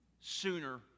sooner